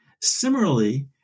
Similarly